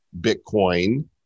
Bitcoin